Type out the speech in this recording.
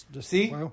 See